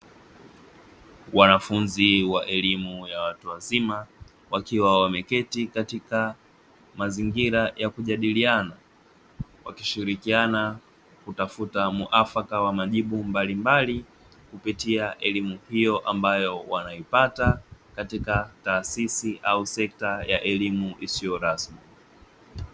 Wanafunzi wa elimu ya watu wazima wakiwa wameketi katika mazingira ya kujadiliana, wakishirikiana kutafuta muafaka wa majibu mbalimbali kupitia elimu hiyo ambayo wanaipata katika taasisi au sekta ya elimu isiyo rasmi.